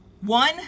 One